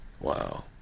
wow